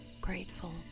grateful